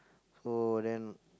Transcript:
so then